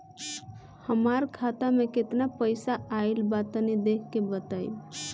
हमार खाता मे केतना पईसा आइल बा तनि देख के बतईब?